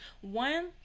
one